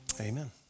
Amen